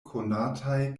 konataj